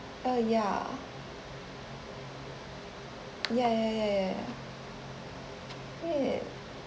uh ya ya ya ya ya eh